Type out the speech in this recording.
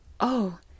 Oh